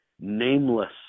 nameless